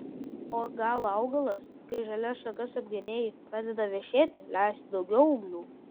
o gal augalas kai žalias šakas apgenėji pradeda vešėti leisti daugiau ūglių